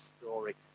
story